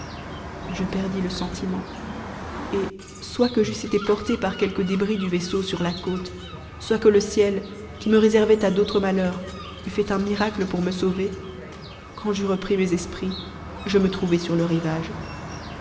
je perdis le sentiment et soit que j'eusse été portée par quelques débris du vaisseau sur la côte soit que le ciel qui me réservait à d'autres malheurs eût fait un miracle pour me sauver quand j'eus repris mes esprits je me trouvai sur le rivage